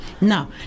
Now